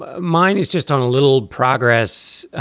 ah mine is just on a little progress.